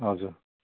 हजुर